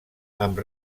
amb